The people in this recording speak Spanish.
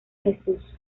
jesús